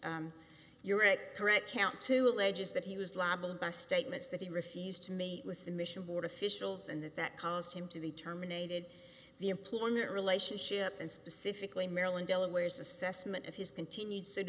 jurek correct count two alleges that he was libeled by statements that he refused to meet with the mission board officials and that that caused him to be terminated the employment relationship and specifically maryland delaware's assessment of his continued s